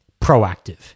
proactive